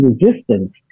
resistance